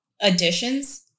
additions